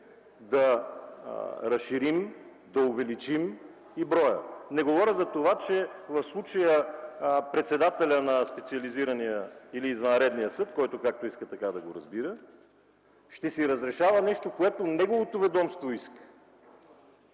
да разширим, да увеличим и броя. Не говоря за това, че в случая председателят на специализирания или извънреден съд, който както иска така да го разбира, ще си разрешава нещо, което иска неговото ведомство.